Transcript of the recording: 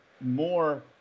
more